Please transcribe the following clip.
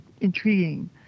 intriguing